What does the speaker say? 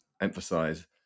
emphasize